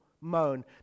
moan